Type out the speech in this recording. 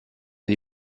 dei